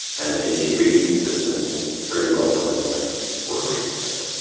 and in a really consistent and very well-designed way for free effectively.